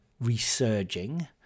resurging